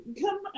come